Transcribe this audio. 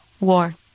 war